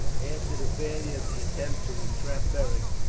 after the failure of the attempt to entrap beric,